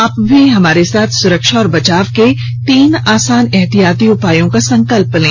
आप भी हमारे साथ सुरक्षा और बचाव के तीन आसान एहतियाती उपायों का संकल्प लें